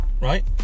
Right